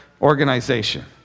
organization